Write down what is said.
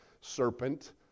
serpent